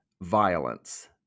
violence